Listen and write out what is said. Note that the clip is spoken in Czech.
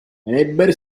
neber